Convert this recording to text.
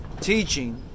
teaching